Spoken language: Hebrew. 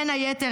בין היתר,